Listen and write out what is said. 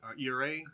ERA